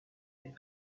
les